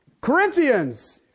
Corinthians